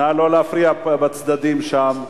נא לא להפריע בצדדים שם.